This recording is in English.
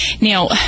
Now